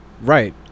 Right